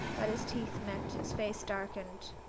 but his teeth met. his face darkened.